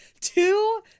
two